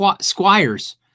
squires